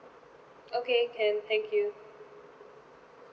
okay can thank you